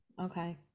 Okay